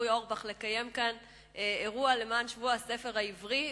אורי אורבך לקיים כאן אירוע למען שבוע הספר העברי,